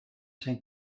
zijn